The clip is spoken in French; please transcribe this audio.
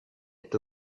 est